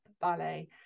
ballet